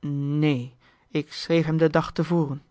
neen ik schreef hem den dag te voren